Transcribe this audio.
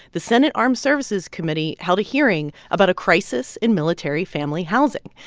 the senate armed services committee held a hearing about a crisis in military family housing.